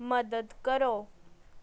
ਮਦਦ ਕਰੋ